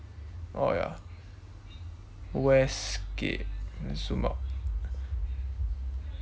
oh ya westgate zoom out